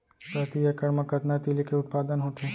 प्रति एकड़ मा कतना तिलि के उत्पादन होथे?